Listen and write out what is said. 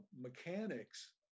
mechanics